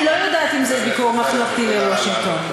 אני לא יודעת אם זה ביקור ממלכתי לוושינגטון.